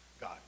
God